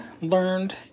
learned